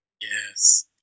Yes